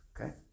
Okay